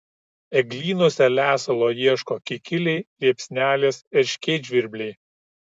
eglynuose lesalo ieško kikiliai liepsnelės erškėtžvirbliai